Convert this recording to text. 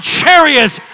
chariots